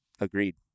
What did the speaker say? Agreed